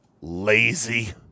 lazy